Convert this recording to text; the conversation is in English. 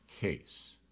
case